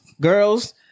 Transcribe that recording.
girls